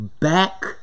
back